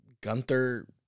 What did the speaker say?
Gunther